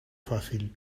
fácil